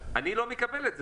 אני לא מקבל את זה.